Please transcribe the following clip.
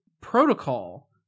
protocol